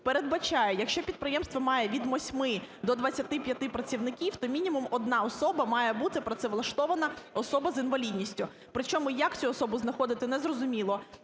передбачає, якщо підприємство має від 8 до 25 працівників, то мінімум 1 особа має бути працевлаштована – особа з інвалідністю. Причому, як цю особу знаходити, не зрозуміло,